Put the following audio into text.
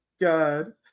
God